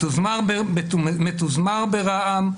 מתוזמר ברעם.